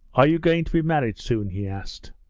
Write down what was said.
are you going to be married soon he asked.